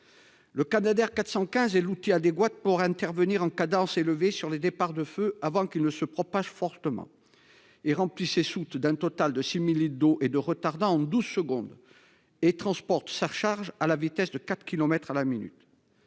Le Canadair 415 et l'outil adéquate pour intervenir en cadence élevée sur les départs de feu avant qu'il ne se propage fortement. Et remplit ses soutes d'un total de 6000 litres d'eau et de retardant 12 secondes et transporte sa charge à la vitesse de quatre kilomètres à la minute.